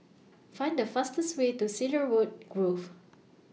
Find The fastest Way to Cedarwood Grove